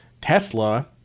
Tesla